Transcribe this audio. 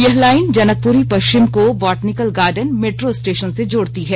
यह लाइन जनकपुरी पश्चिम को बोटैनिकल गार्डन मेट्रो स्टेशन से जोड़ती है